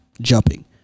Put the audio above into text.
jumping